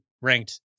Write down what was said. ranked